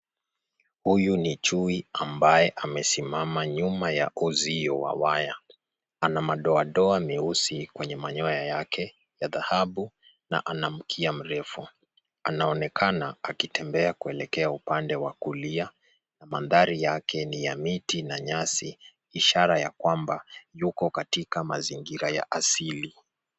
Huyu ni chui ambaye amesimama nyuma ya uzio wa waya. Ana madoadoa meusi kwenye manyoya yake ya dhahabu na ana mkia mrefu. Anaonekana akitembea kuelekea upande wa kulia. Mandhari yake ni ya miti na nyasi ishara ya kwamba yuko katika mazingira ya asili.